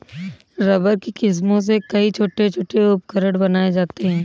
rubber की किस्मों से कई छोटे छोटे उपकरण बनाये जाते हैं